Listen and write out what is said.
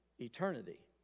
eternity